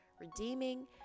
redeeming